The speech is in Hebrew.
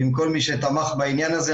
ועם כל מי שתמך בעניין הזה.